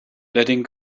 letting